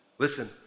Listen